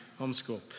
homeschool